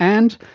and,